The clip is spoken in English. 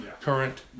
current